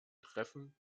treffen